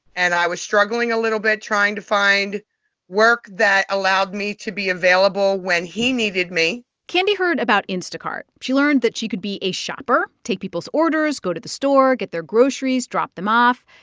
and i was struggling a little bit trying to find work that allowed me to be available when he needed me candy heard about instacart. she learned that she could be a shopper take people's orders, go to the store, get their groceries, drop them off.